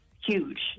huge